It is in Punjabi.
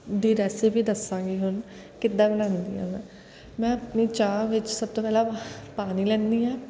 ਦੀ ਰੇਸਿਪੀ ਦੱਸਾਂਗੀ ਹੁਣ ਕਿੱਦਾਂ ਬਣਾਉਂਦੀ ਆ ਮੈਂ ਮੈਂ ਆਪਣੀ ਚਾਹ ਵਿੱਚ ਸਭ ਤੋਂ ਪਹਿਲਾਂ ਪਾਣੀ ਲੈਂਦੀ ਹਾਂ